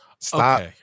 Stop